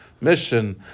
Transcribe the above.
mission